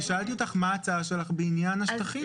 ושאלתי אותך מה ההצעה שלך בעניין השטחים.